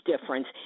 difference